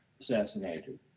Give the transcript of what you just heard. assassinated